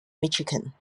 michigan